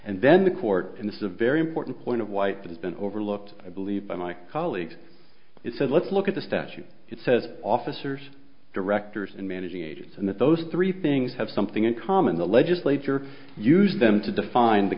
and then the court and this is a very important point of white that has been overlooked i believe by my colleagues it says let's look at the statute it says officers directors and managing agents and that those three things have something in common the legislature used them to define the